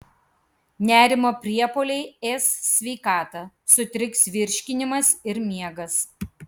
nerimo priepuoliai ės sveikatą sutriks virškinimas ir miegas